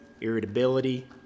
irritability